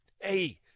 hey